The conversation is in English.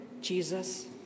Jesus